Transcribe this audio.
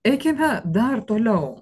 eikime dar toliau